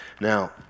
Now